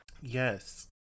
Yes